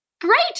Great